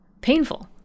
painful